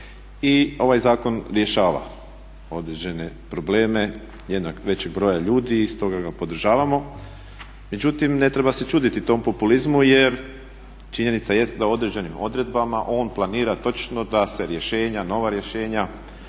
i ovaj zakon rješava određene probleme jednog većeg broja ljudi i stoga ga podržavamo. Međutim, ne treba se čuditi tom populizmu jer činjenica jest da određenim odredbama on planira točno da se rješenja, nova rješenja,